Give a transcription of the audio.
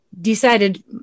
decided